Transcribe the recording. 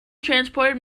transported